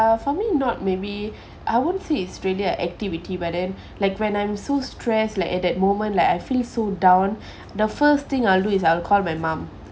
uh for me not maybe I won't say really it's a activity but then like when I'm so stressed like at that moment like I feel so down the first thing I'll do is I'll call my mom